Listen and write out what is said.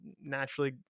naturally